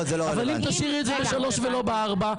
אבל אם תשאירי את זה ב-3 ולא ב-4,